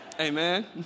Amen